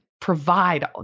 provide